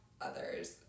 others